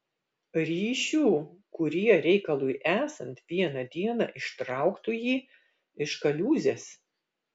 ryšių kurie reikalui esant vieną dieną ištrauktų jį iš kaliūzės